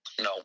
No